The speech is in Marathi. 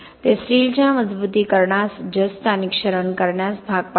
ते स्टीलच्या मजबुतीकरणास जस्त आणि क्षरण करण्यास भाग पाडते